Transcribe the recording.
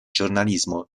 giornalismo